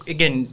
Again